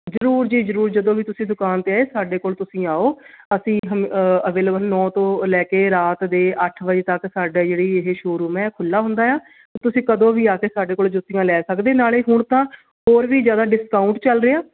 ਜ਼ਰੂਰ ਜੀ ਜ਼ਰੂਰ ਜਦੋਂ ਵੀ ਤੁਸੀਂ ਦੁਕਾਨ 'ਤੇ ਆਏ ਸਾਡੇ ਕੋਲ ਤੁਸੀਂ ਆਓ ਅਸੀਂ ਹਮ ਅਵੇਲੇਬਲ ਨੌ ਤੋਂ ਲੈ ਕੇ ਰਾਤ ਦੇ ਅੱਠ ਵਜੇ ਤੱਕ ਸਾਡਾ ਜਿਹੜੀ ਇਹ ਸ਼ੋਰੂਮ ਹੈ ਖੁੱਲ੍ਹਾ ਹੁੰਦਾ ਆ ਤੁਸੀਂ ਕਦੋਂ ਵੀ ਆ ਕੇ ਸਾਡੇ ਕੋਲ ਜੁੱਤੀਆਂ ਲੈ ਸਕਦੇ ਨਾਲੇ ਹੁਣ ਤਾਂ ਹੋਰ ਵੀ ਜ਼ਿਆਦਾ ਡਿਸਕਾਊਂਟ ਚੱਲ ਰਿਹਾ